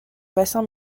bassin